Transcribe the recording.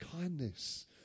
kindness